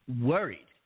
worried